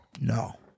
no